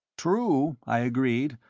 true, i agreed,